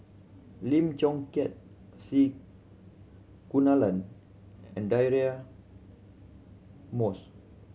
Lim Chong Keat C Kunalan and Deirdre Moss